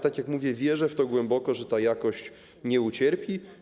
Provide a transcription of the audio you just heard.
Tak jak mówię, wierzę w to głęboko, że ta jakość nie ucierpi.